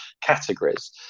categories